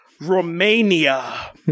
Romania